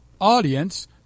audience